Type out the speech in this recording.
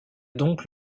donc